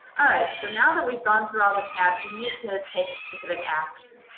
alright, so now that we've gone through all the tabs, we need to take a specific action.